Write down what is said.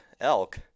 elk